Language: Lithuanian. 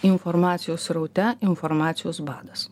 informacijos sraute informacijos badas